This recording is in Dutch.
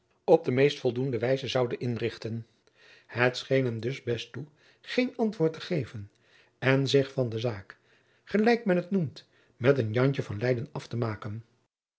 op de meest voldoende wijze zoude inrichten het scheen hem dus best toe geen antwoord te geven en zich van de zaak gelijk men het noemt met een jantje van leyden af te maken